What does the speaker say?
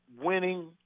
winning